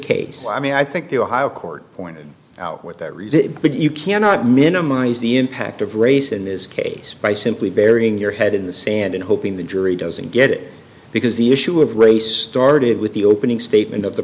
case i mean i think the court pointed out what they read it but you cannot minimize the impact of race in this case by simply burying your head in the sand and hoping the jury doesn't get it because the issue of race started with the opening statement of the